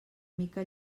mica